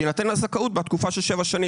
תינתן הזכאות הנוספת בעד התקופה שבה לא ניתנה,